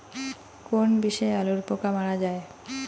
কোন বিষে আলুর পোকা মারা যায়?